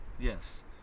Yes